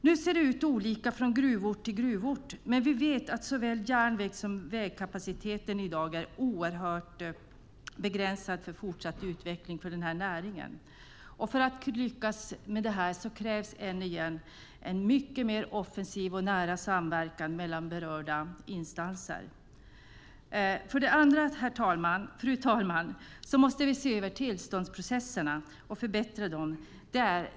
Nu ser det ut olika från gruvort till gruvort, men vi vet att såväl järnvägs som vägkapaciteten i dag är oerhört begränsande för en fortsatt utveckling av näringen. För att lyckas med detta krävs, än en gång, en mycket mer offensiv och nära samverkan mellan berörda instanser. För det andra, fru talman, måste vi se över tillståndsprocesserna och förbättra dem.